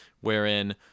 wherein